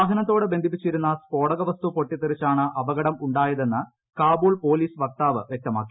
വാഹനത്തോട് ബന്ധിപ്പിച്ചിരുന്ന സ്ഫോടക വസ്തു പൊട്ടിത്തെറിച്ചാണ് അപകടം ഉണ്ടായതെന്ന് കാബൂൾ പോലീസ് വക്താവ് വൃക്തമാക്കി